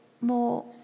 more